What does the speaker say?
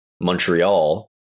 Montreal